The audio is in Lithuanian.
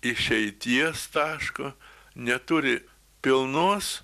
išeities taško neturi pilnos